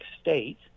state